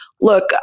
look